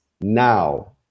now